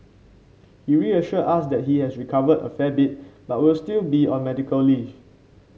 he reassured us that he has recovered a fair bit but will still be on medical leave